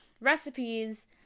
recipes